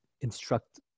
instruct